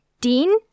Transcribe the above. Dean